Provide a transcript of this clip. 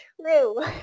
true